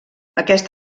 aquest